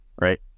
right